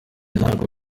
ntabwo